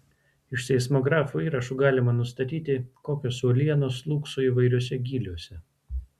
iš seismografo įrašų galima nustatyti kokios uolienos slūgso įvairiuose gyliuose